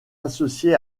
associée